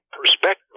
perspective